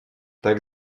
так